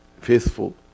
faithful